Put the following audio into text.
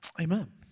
Amen